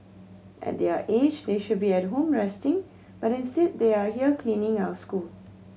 at their age they should be at home resting but instead they are here cleaning our school